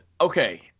Okay